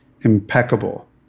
impeccable